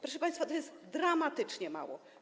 Proszę państwa, to jest dramatycznie mało.